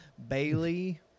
Bailey